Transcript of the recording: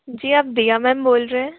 जी आप दीया मैम बोल रहे हैं